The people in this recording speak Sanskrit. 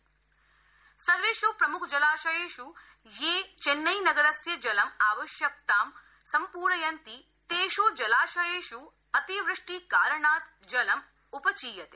चेन्नई रिजर्वोयर सर्वेष् प्रमुख जलाशयेष् ये चेन्नई नगरस्य जल आवश्यकतां सम्प्रयन्ति तेष् जलाशयेष् अतिवृष्टिकारणात् जलं उपचीयते